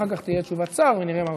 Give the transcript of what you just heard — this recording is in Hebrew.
אחר כך תהיה תשובת שר ונראה מה עושים.